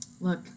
look